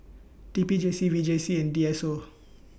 T P J C V J C and D S O